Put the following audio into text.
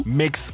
mix